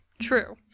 True